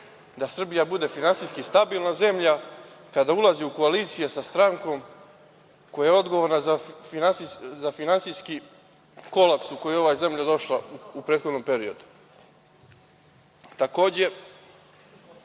da Srbija bude finansijski stabilna zemlja kada ulazi u koalicije sa strankom koja je odgovorna za finansijski kolaps u koji je ova zemlja došla u prethodnom periodu. Takođe,